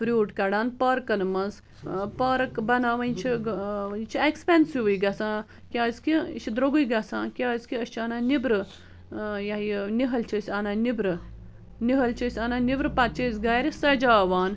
fruit کڑان پارکن منٛز اۭں پارک بناوٕنۍ چھِ یہِ چھِ ایکِسپینسِوٕے گژھان کیازِ کہِ یہِ چھُ درٛوگی گژھان کیازِ کہِ أسۍ چھِ انان نٮ۪برٕ اں یہٕ ہا یہٕ نِہٕل چھِ انان أسۍ نٮ۪برٕ نِہٕل چھِ انان نٮ۪برٕ پتہٕ چھِ أسۍ سجاوان